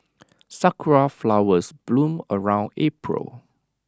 Sakura Flowers bloom around April